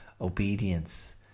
obedience